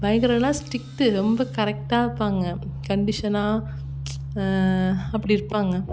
பயங்கரனா strict ரொம்ப கரெக்டாக இருப்பாங்க கண்டிஷனாக அப்படி இருப்பாங்க